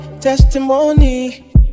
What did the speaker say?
testimony